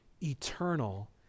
eternal